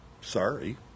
Sorry